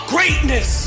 Greatness